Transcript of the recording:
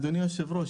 אדוני היושב-ראש,